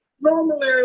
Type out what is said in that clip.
Normally